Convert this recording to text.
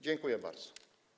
Dziękuję bardzo.